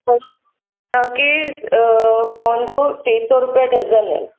कटोरियूं तव्हां खे पवंदो टे सौ रुपिया डज़न आहिनि